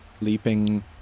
leaping